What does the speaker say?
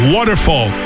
Waterfall